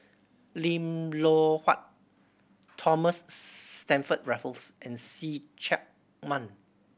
Lim Loh Huat Thomas Stamford Raffles and See Chak Mun